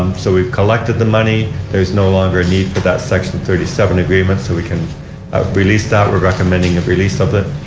um so we've collected the money. there is no longer a need for that section thirty seven agreement. so we can release that. we recommend a release of it.